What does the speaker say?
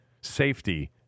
safety